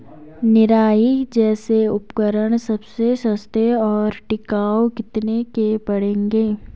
निराई जैसे उपकरण सबसे सस्ते और टिकाऊ कितने के पड़ेंगे?